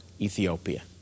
Ethiopia